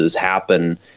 happen